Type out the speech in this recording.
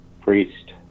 priest